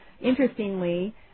Interestingly